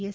S